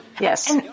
Yes